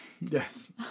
Yes